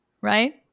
right